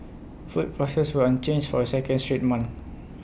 food prices were unchanged for A second straight month